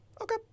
Okay